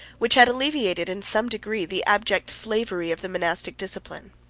which had alleviated, in some degree, the abject slavery of the monastic discipline.